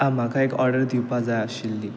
म्हाका एक ऑर्डर दिवपाक जाय आशिल्ली